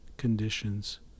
conditions